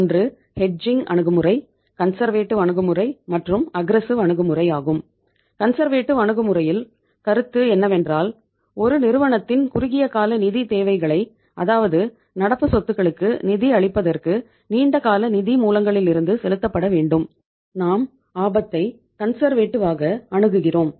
ஒன்று ஹெட்ஜிங் அணுகுமுறை அணுகுகிறோம்